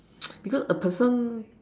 because a person